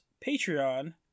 patreon